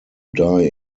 die